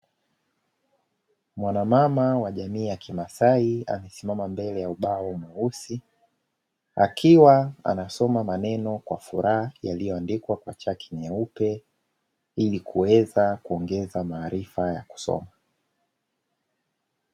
Mwanamama wa jamii ya kimasai amesimama mbele ya ubao, mweusi akiwa anasoma kwa furaha. Yaliyoandikwa kwa chaki nyeupe. Ili kuweza kuongeza maarifa ya kusoma.